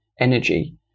energy